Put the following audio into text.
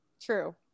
True